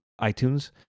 iTunes